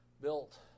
built